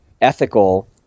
ethical—